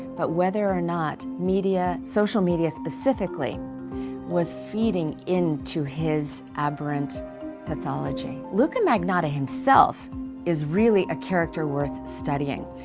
but whether or not media social media specifically was feeding into his aberrant pathology. luka magnotta himself is really a character worth studying.